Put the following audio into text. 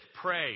Pray